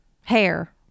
Hair